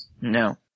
No